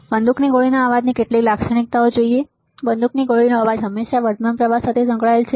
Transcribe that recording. બંદૂકની ગોળીનો અવાજની કેટલીક લાક્ષણિકતાઓ બંદૂકની ગોળીનો અવાજ હંમેશા વર્તમાન પ્રવાહ સાથે સંકળાયેલ છે